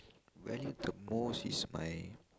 valued the most is my